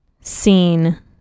seen